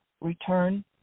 return